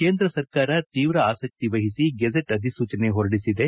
ಕೇಂದ್ರ ಸರ್ಕಾರ ತೀವ್ರ ಆಸಕ್ತಿ ವಹಿಸಿ ಗೆಜೆಟ್ ಅಧಿಸೂಚನೆ ಹೊರಡಿಸಿದೆ